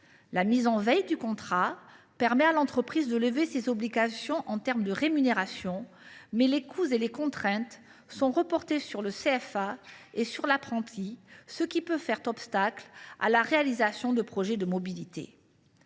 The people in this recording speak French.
La mise en veille du contrat permet à l’entreprise de lever ses obligations en termes de rémunération, mais les coûts et les contraintes sont reportés sur le CFA et sur l’apprenti, ce qui peut faire obstacle à la réalisation de projets de mobilité.